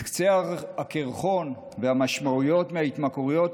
את קצה הקרחון של המשמעויות של התמכרויות